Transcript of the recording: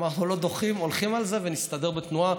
אמרנו: לא דוחים, הולכים על זה, ונסתדר בתנועה.